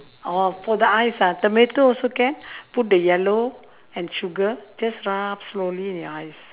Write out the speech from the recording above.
orh for the eyes ah tomato also can put the yellow and sugar just rub slowly in your eyes